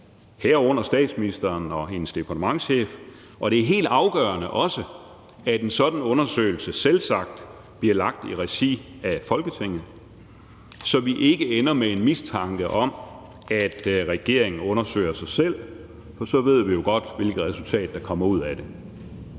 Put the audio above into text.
herunder statsministeren og hendes departementschef. Det er også helt afgørende, at en sådan undersøgelse selvsagt bliver lagt i regi af Folketinget, så vi ikke ender med en mistanke om, at regeringen undersøger sig selv, for så ved vi jo godt, hvilket resultat der kommer ud af det.